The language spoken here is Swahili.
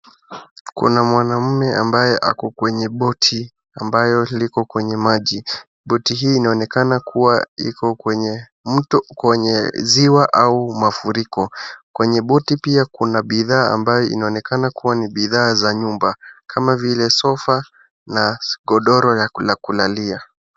Kuna mwanaume ambaye ako kwenye boti ambayo liko kwenye maji. Boti hii inaonekana kuwa iko kwenye mto kwenye ziwa au mafuriko. Kwenye boti pia kuna bidhaa ambaye inaonekana kuwa ni bidhaa za nyumba kama vile sofa na godoro la kulalia.